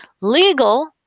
legal